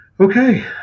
Okay